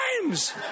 times